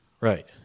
Right